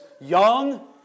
young